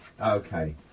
okay